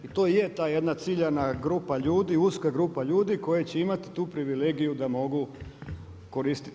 I to je ta jedna ciljana grupa ljudi, uska grupa ljudi koji će imati tu privilegiju da mogu koristiti.